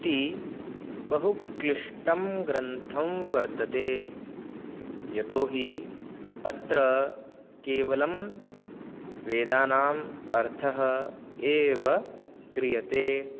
इति बहुक्लिष्टः ग्रन्थः वर्तते यतोऽहि अत्र केवलं वेदानाम् अर्थः एव क्रियते